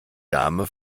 dame